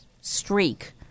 streak